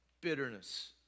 bitterness